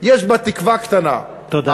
יש בה תקווה קטנה, תודה.